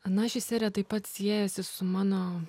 na ši serija taip pat siejasi su mano